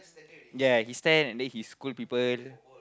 yeah he stand and then he scold people